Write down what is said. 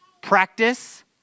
practice